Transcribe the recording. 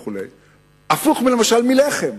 הפוך מלחם.